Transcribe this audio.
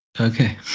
okay